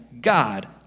God